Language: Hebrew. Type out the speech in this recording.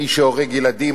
מי שהורג ילדים,